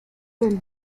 del